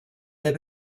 der